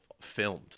filmed